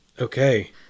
okay